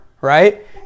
right